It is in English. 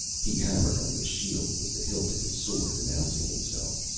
he hammered on the shield with the hilt of his sword, announcing himself.